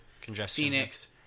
Phoenix